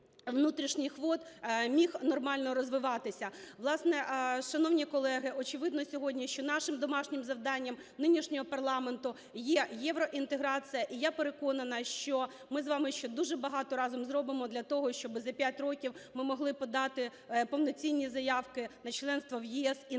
Власне, шановні колеги, очевидно сьогодні, що нашим домашнім завданням нинішнього парламенту є євроінтеграція. І я переконана, що ми з вами ще дуже багато разом зробимо для того, щоб за 5 років ми могли подати повноцінні заявки на членство в ЄС і НАТО.